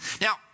Now